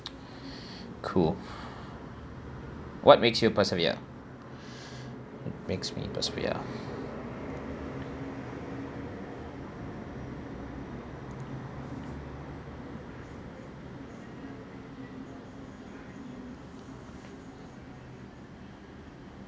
cool what makes you persevere makes me persevere ah